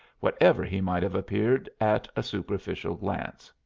whatever he might have appeared at a superficial glance.